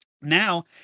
now